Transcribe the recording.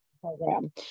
program